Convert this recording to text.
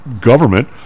government